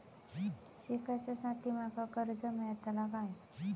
शिकाच्याखाती माका कर्ज मेलतळा काय?